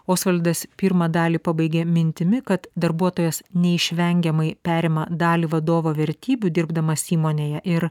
osvaldas pirmą dalį pabaigė mintimi kad darbuotojas neišvengiamai perima dalį vadovo vertybių dirbdamas įmonėje ir